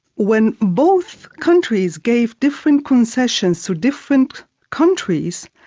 when both countries gave different concessions to different countries,